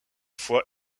fois